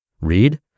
Read